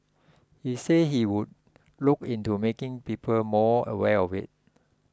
he said he would look into making people more aware of it